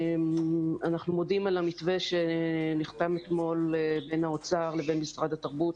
אנחנו מודים על המתווה שנחתם אתמול בין האוצר לבין משרד התרבות